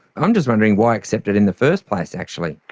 i'm just wondering why accept it in the first place actually?